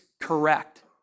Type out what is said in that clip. correct